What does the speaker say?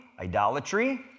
idolatry